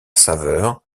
saveur